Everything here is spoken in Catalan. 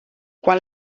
quan